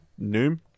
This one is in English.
Noom